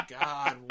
god